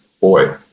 Boy